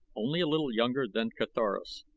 only a little younger than carthoris,